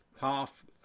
half